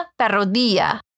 parodia